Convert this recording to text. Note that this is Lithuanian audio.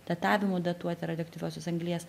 datavimu datuoti radioaktyviosios anglies